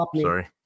sorry